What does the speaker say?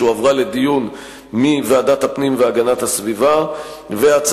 שהועברה מוועדת הפנים והגנת הסביבה לוועדה המשותפת,